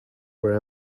were